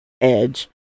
edge